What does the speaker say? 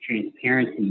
transparency